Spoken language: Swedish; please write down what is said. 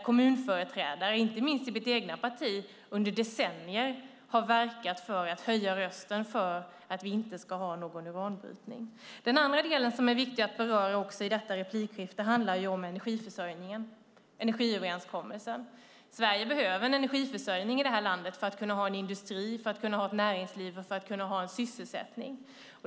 Kommunföreträdare, inte minst i mitt eget parti, har under decennier verkat för att höja rösten för att vi inte ska ha någon uranbrytning. En annan fråga som är viktig att beröra i detta replikskifte handlar om energiförsörjningen och energiöverenskommelsen. Sverige behöver en energiförsörjning för att kunna ha en industri, för att kunna ha ett näringsliv och för att kunna ha en sysselsättning.